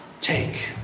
take